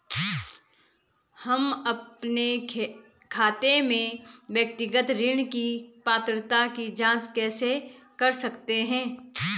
हम अपने खाते में व्यक्तिगत ऋण की पात्रता की जांच कैसे कर सकते हैं?